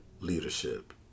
leadership